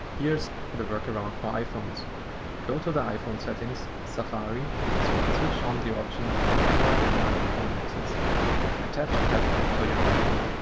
here's the workaround for iphones go to the iphone settings safari so and switch on the option camera and microphone access attach headphones to your iphone,